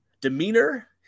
demeanor